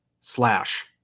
slash